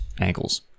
ankles